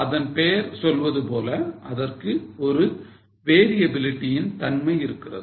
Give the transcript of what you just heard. அதன் பெயர் சொல்வது போல அதற்கு ஒரு variability இன் தன்மை இருக்கிறது